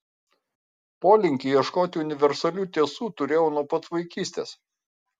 polinkį ieškoti universalių tiesų turėjau nuo pat vaikystės